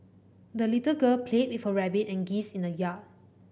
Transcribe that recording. the little girl played with her rabbit and geese in the yard